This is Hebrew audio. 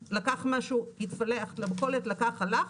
הוא התפלח למכולת, לקח משהו והלך,